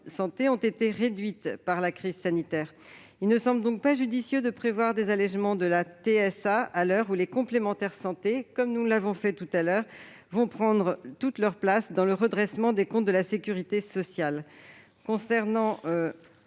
santé ont été réduites par la crise sanitaire. Il ne semble donc pas judicieux de prévoir des allégements de TSA à l'heure où les complémentaires santé vont prendre toute leur place dans le redressement des comptes de la sécurité sociale. Avis